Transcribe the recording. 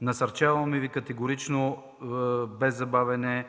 Насърчаваме Ви категорично – без забавяне,